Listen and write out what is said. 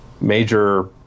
major